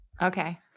Okay